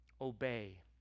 obey